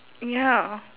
ya